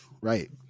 Right